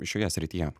šioje srityje